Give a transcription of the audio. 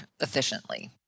efficiently